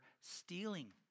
stealing